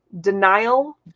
denial